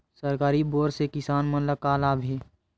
सरकारी बोर से किसान मन ला का लाभ हे?